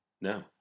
No